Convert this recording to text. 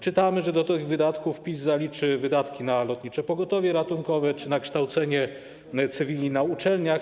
Czytamy, że do tych wydatków PiS zaliczy wydatki na Lotnicze Pogotowie Ratunkowe czy na kształcenie cywili na uczelniach.